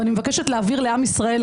ואני מבקשת להבהיר לעם ישראל,